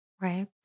Right